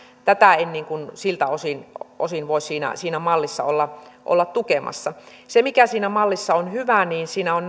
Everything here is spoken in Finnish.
tätä en siltä osin osin voi siinä mallissa olla olla tukemassa mikä siinä mallissa on hyvää on